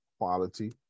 quality